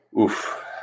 Oof